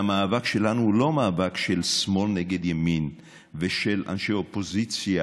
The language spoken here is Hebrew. והמאבק שלנו הוא לא מאבק של שמאל נגד ימין ושל אנשי אופוזיציה,